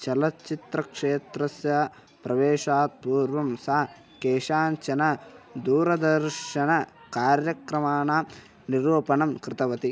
चलच्चित्रक्षेत्रस्य प्रवेशात् पूर्वं सा केषाञ्चन दूरदर्शणकार्यक्रमाणां निरूपणं कृतवती